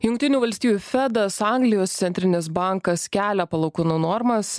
jungtinių valstijų fedas anglijos centrinis bankas kelia palūkanų normas